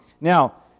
Now